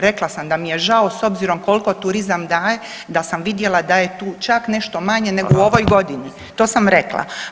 Rekla sam da mi je žao s obzirom koliko turizam daje da sam vidjela da je tu čak nešto manje nego u ovoj godini to sam rekla.